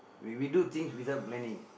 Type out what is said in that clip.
we we do things without planning